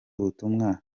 butumwa